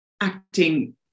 acting